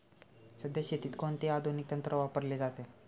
सध्या शेतीत कोणते आधुनिक तंत्र वापरले जाते?